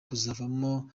kuzavamo